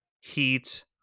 Heat